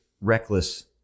reckless